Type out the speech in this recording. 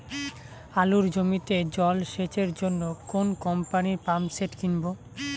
আলুর জমিতে জল সেচের জন্য কোন কোম্পানির পাম্পসেট কিনব?